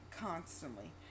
Constantly